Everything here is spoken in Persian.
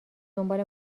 دنبال